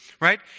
Right